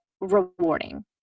rewarding